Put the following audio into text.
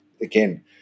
again